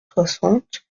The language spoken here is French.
soixante